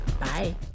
Bye